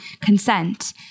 consent